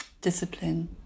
discipline